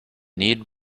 need